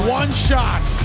one-shot